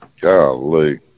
Golly